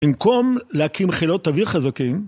במקום להקים חילות אוויר חזקים